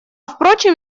впрочем